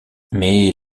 mais